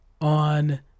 on